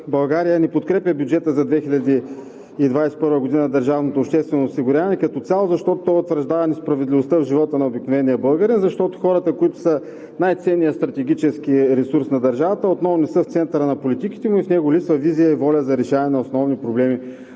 България“ не подкрепя бюджета на ДОО за 2021 г. като цяло, защото той утвърждава несправедливостта в живота на обикновения българин. Защото хората, които са най-ценният стратегически ресурс на държавата, отново не са в центъра на политиките, но и в него липсва визия и воля за решаване на основни проблеми